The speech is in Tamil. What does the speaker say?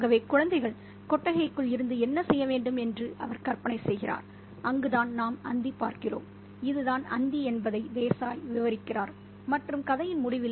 ஆகவே குழந்தைகள் கொட்டகைக்குள் இருந்து என்ன செய்ய வேண்டும் என்று அவர் கற்பனை செய்கிறார் அங்குதான் நாம் அந்தி பார்க்கிறோம் இதுதான் அந்தி என்பதை தேசாய் விவரிக்கிறார் மற்றும் கதையின் முடிவில்